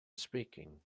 speaking